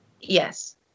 Yes